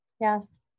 Yes